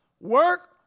Work